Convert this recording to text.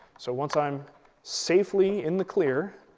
so once i'm safely in the clear,